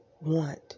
want